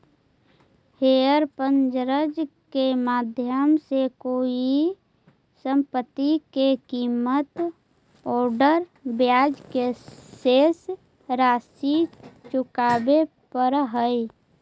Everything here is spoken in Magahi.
हायर पर्चेज के माध्यम से कोई संपत्ति के कीमत औउर ब्याज के शेष राशि चुकावे पड़ऽ हई